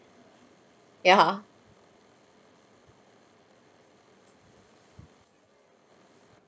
ya